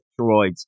droids